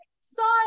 sorry